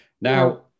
Now